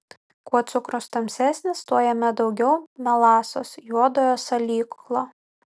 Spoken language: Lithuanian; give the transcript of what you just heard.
kuo cukrus tamsesnis tuo jame daugiau melasos juodojo salyklo